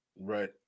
right